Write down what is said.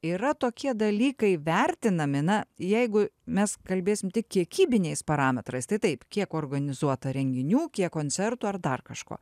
yra tokie dalykai vertinami na jeigu mes kalbėsim tik kiekybiniais parametrais tai taip kiek organizuota renginių kiek koncertų ar dar kažko